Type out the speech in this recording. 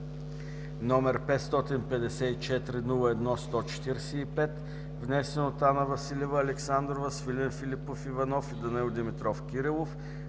№ 554-01-145, внесен от Анна Василева Александрова, Свилен Филипов Иванов и Данаил Димитров Кирилов